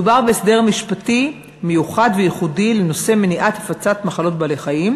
מדובר בהסדר משפטי מיוחד וייחודי לנושא מניעת הפצת מחלות בעלי-חיים,